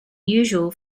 usual